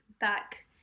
back